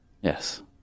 yes